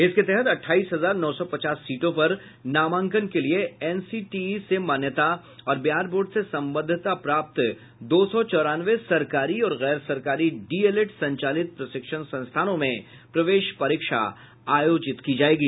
इसके तहत अठाईस हजार नौ सौ पचास सीटों पर नामांकन के लिए एनसीटीई से मान्यता और बिहार बोर्ड से संबद्वता प्राप्त दो सौ चौरानवे सरकारी और गैर सरकारी डीएलएड संचालित प्रशिक्षण संस्थानों में प्रवेश परीक्षा आयोजित की जायेगी